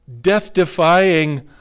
death-defying